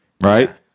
right